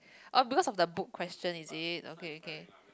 oh because of the book question is it okay okay